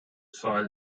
soil